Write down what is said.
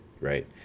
right